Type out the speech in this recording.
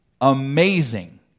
Amazing